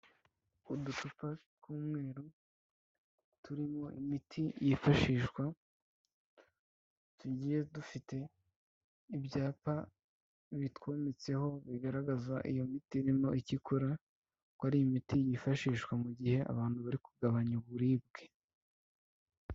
Uducupa tw'umweru turimo imiti yifashishwa tugiye dufite ibyapa bitwometseho bigaragaza iyo miti irimo icyo ikora, ko ari imiti yifashishwa mu gihe abantu bari kugabanya uburibwe.